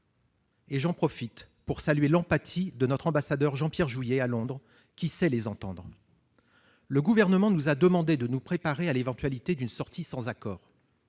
J'en profite pour saluer l'empathie de notre ambassadeur Jean-Pierre Jouyet à Londres, qui sait les entendre. Le Gouvernement nous a demandé de nous préparer à l'éventualité d'une sortie sans accord.